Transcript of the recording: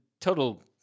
total